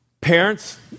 Parents